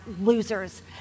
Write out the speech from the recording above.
losers